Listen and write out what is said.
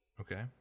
Okay